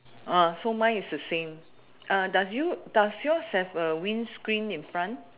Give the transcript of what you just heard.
uh so my is the same uh does you does yours have a wind screen in front